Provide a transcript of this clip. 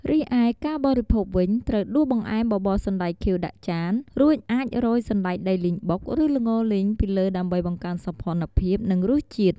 រិឯ ការបរិភោគវិញ ត្រូវដួសបង្អែមបបរសណ្ដែកខៀវដាក់ចាន រួចអាចរោយ សណ្ដែកដីលីងបុក ឬ ល្ងរលីង ពីលើដើម្បីបង្កើនសោភ័ណភាព និងរសជាតិ។